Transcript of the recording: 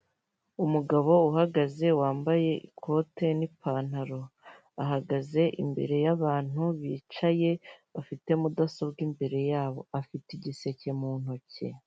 Umugabo uhagaze wambaye ikote n'ipantaro ahagaze imbere yabantu bicaye bafite mudasobwa imbere yabo afite igiseke mu ntoki .